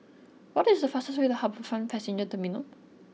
what is the fastest way to HarbourFront Passenger Terminal